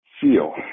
feel